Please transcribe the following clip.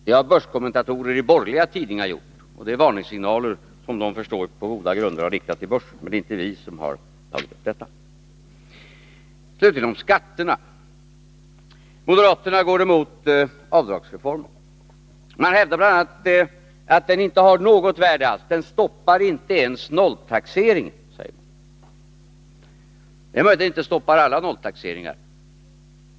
Det har börskommentatorer i borgerliga tidningar gjort, och det är varningssignaler som de på goda grunder har riktat till börsen. Slutligen till frågan om skatterna. Moderaterna går emot avdragsreformen. Man hävdar bl.a. att den inte har något värde alls. Den stopparinte ens nolltaxeringen, säger man. Det är möjligt att den inte stoppar alla nolltaxeringar.